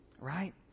Right